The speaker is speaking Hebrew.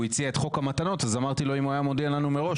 הוא הציע את חוק המתנות אז אמרתי לו: אם היה מודיע לנו מראש,